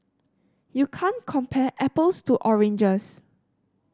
you can't compare apples to oranges